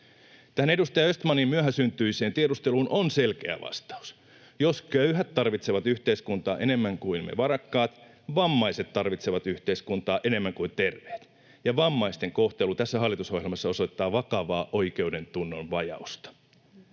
edustaja Östmanin myöhäsyntyiseen tiedusteluun on selkeä vastaus: jos köyhät tarvitsevat yhteiskuntaa enemmän kuin me varakkaat, vammaiset tarvitsevat yhteiskuntaa enemmän kuin terveet. Vammaisten kohtelu tässä hallitusohjelmassa osoittaa vakavaa oikeudentunnon vajausta.